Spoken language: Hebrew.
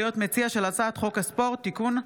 ולהיות מציע של הצעת חוק הספורט (תיקון,